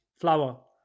flour